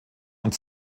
und